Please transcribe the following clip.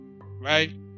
right